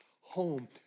home